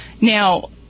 Now